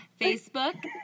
Facebook